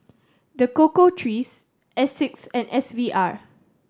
The Cocoa Trees Asics and S V R